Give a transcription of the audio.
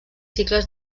cicles